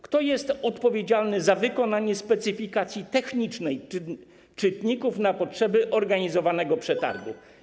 Kto jest odpowiedzialny za wykonanie specyfikacji technicznej czytników na potrzeby organizowanego przetargu?